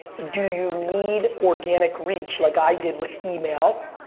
do you need organic reach like i did with email?